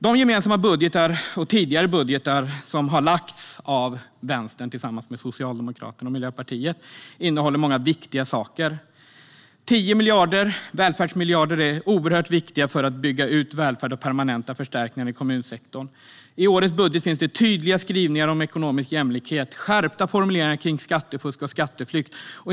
De gemensamma budgetar och tidigare budgetar som Vänstern har lagt fram tillsammans med Socialdemokraterna och Miljöpartiet innehåller många viktiga saker. 10 välfärdsmiljarder är oerhört viktiga för att bygga ut välfärd och permanenta förstärkningar i kommunsektorn. I årets budget finns det tydliga skrivningar om ekonomisk jämlikhet, skärpta formuleringar för skattefusk och skatteflykt.